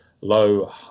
low